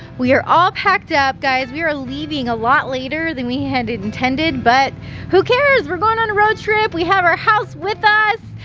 we're all packed up, guys. we are leaving a lot later than we had intended, but who cares? we're going on a road trip, we have our house with us.